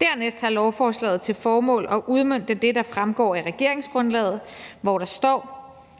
Dernæst har lovforslaget til formål at udmønte det, der fremgår af regeringsgrundlaget, hvor der står: